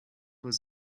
was